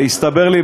והסתבר לי,